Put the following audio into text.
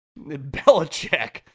Belichick